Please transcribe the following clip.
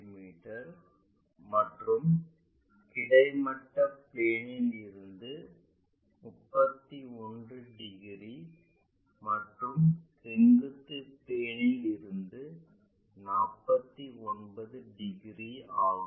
me மற்றும் கிடைமட்ட பிளேனில் இருந்து 31 டிகிரி மற்றும் செங்குத்து பிளேனில் இருந்து 49 டிகிரி ஆகும்